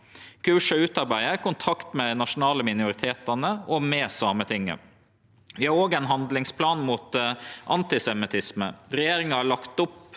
Kurset er utarbeidd i kontakt med dei nasjonale minoritetane og med Sametinget. Vi har òg ein handlingsplan mot antisemittisme. Regjeringa har lagt opp